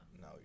no